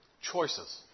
choices